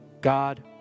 God